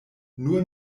nur